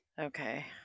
Okay